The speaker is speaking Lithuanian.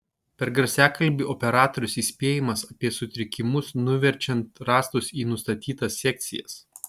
per garsiakalbį operatorius įspėjamas apie sutrikimus nuverčiant rąstus į nustatytas sekcijas